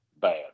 bad